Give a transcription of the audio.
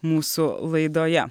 mūsų laidoje